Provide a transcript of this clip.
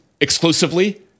exclusively